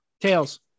Tails